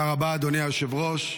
תודה רבה, אדוני היושב-ראש.